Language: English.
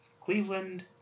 Cleveland